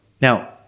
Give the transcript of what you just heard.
Now